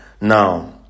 now